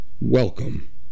welcome